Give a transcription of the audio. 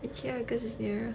ikea cause it's nearer